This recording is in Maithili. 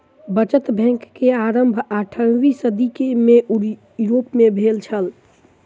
बचत बैंक के आरम्भ अट्ठारवीं सदी में यूरोप में भेल छल